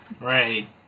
Right